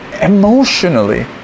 emotionally